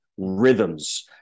rhythms